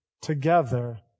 together